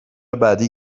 بعدی